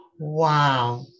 Wow